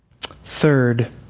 Third